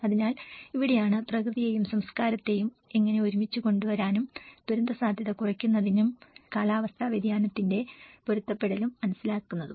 അതിനാൽ ഇവിടെയാണ് പ്രകൃതിയെയും സംസ്കാരത്തെയും എങ്ങനെ ഒരുമിച്ച് കൊണ്ടുവരാനും ദുരന്തസാധ്യത കുറയ്ക്കുന്നതിലും കാലാവസ്ഥാ വ്യതിയാനത്തിന്റെ പൊരുത്തപ്പെടുത്തലും മനസ്സിലാക്കുന്നതും